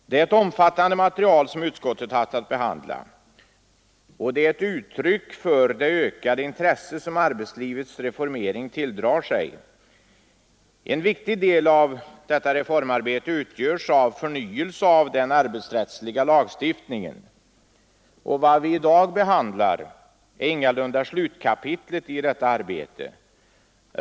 Det är ett omfattande material som utskottet haft att behandla och detta är ett uttryck för det ökade intresse som arbetslivets reformering tilldrar sig. En viktig del av detta reformarbete utgörs av förnyelse av den arbetsrättsliga lagstiftningen. Vad vi i dag behandlar är ingalunda slutkapitlet i detta arbete.